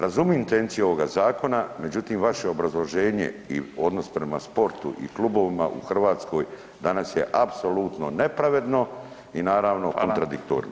Razumijem intenciju ovoga zakona, međutim vaše obrazloženje i odnos prema sportu i klubovima u Hrvatskoj danas je apsolutno nepravedno i naravno kontradiktorno.